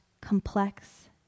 complex